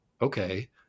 Okay